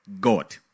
God